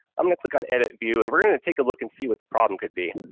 um and click on edit view, and we're going to take a look and see what the problem could be.